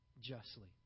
justly